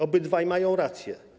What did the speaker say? Obydwaj mają rację.